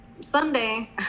Sunday